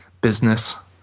business